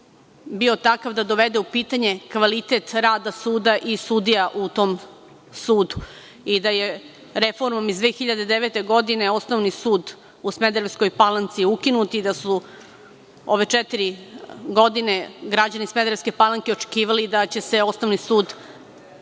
bio takav da dovede u pitanje kvalitet rada suda i sudija u tom sudu. Reformom iz 2009. godine Osnovni sud u Smederevskoj Palanci je ukinut i da su ove četiri godine građani Smederevske Palanke očekivali da će se Osnovni sud